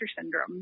syndrome